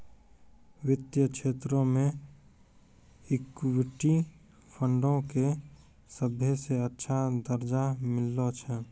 वित्तीय क्षेत्रो मे इक्विटी फंडो के सभ्भे से अच्छा दरजा मिललो छै